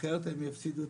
אחרת הם יפסידו,